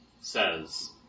says